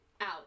out